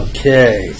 Okay